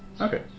Okay